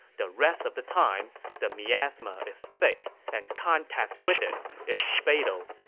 the rest of the time, the miasma is thick, and contact with it is fatal.